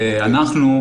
ואנחנו,